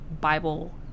Bible